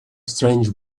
strange